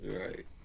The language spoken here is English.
Right